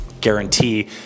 guarantee